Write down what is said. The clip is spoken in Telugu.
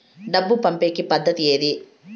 డబ్బు పంపేకి పద్దతి ఏది